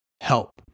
help